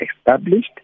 established